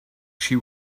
she